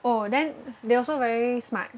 oh then they also very smart